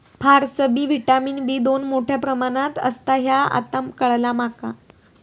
फारसबी vitamin B दोन मोठ्या प्रमाणात असता ह्या आता काळाला माका